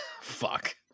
fuck